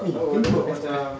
ni kentut eh